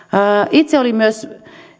itse olin myös